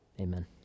Amen